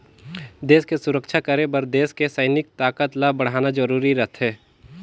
देस के सुरक्छा करे बर देस के सइनिक ताकत ल बड़हाना जरूरी रथें